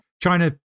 China